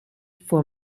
for